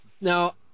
Now